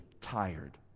tired